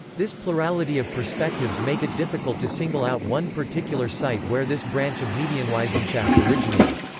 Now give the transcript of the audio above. this plurality of perspectives make it difficult to single out one particular site where this branch of medienwissenschaft originated.